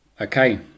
Okay